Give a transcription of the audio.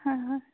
হয় হয়